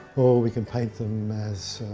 or we can paint them as